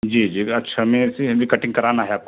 जी जी अच्छा मेरे से कटिंग कराना है आपको